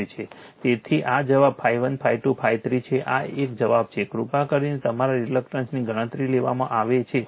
તેથી આ જવાબ ∅1 ∅2 ∅3 છે આ એક જવાબ છે કૃપા કરીને તમામ રિલક્ટન્સને ગણતરીમાં લેવામાં આવે છે